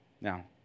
Now